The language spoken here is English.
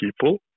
people